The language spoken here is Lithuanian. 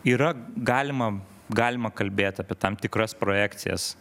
yra galima galima kalbėt apie tam tikras projekcijas